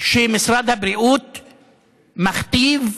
שמשרד הבריאות מכתיב,